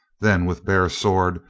then, with bare sword,